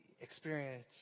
experience